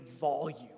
volume